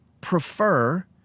prefer